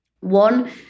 one